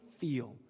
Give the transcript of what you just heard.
feel